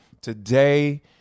today